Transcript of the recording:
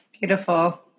Beautiful